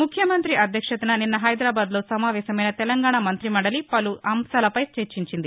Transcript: ముఖ్యమంతి అధ్యక్షతన నిన్న హైదరాబాద్ లో సమావేశమైన తెలంగాణ మంతి మండలి పలు అంశాలపై చర్చించింది